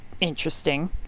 interesting